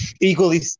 equally